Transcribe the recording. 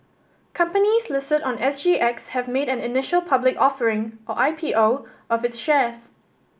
companies listed on S G X have made an initial public offering or I P O of its shares